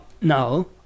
no